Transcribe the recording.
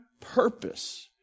purpose